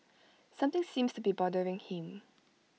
something seems be bothering him